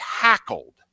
tackled